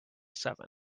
seven